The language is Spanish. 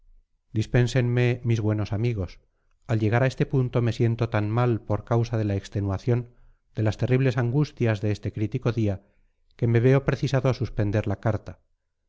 dispénsenme mis buenos amigos al llegar a este punto me siento tan mal por causa de la extenuación de las terribles angustias de este crítico día que me veo precisado a suspender la carta